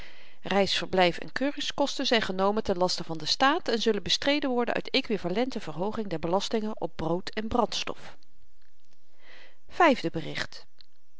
verblyf en keuringskosten zyn genomen ten laste van den staat en zullen bestreden worden uit equivalente verhooging der belastingen op brood en brandstof vyfde bericht